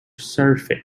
surface